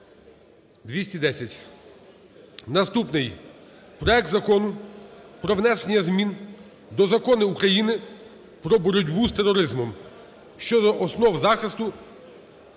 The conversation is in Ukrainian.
Наступний – проект Закону про внесення змін до Закону України "Про боротьбу з тероризмом" (щодо основ